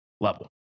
level